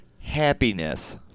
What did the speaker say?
happiness